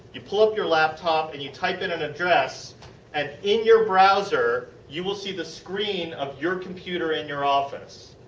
you pull up your laptop, and you type in an address and in your browser you will see the screen of your computer in your office.